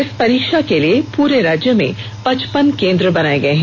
इस परीक्षा के लिए पूरे राज्य में पचपन केंद्र बनाए गए हैं